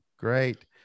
Great